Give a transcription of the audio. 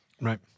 right